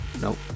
Nope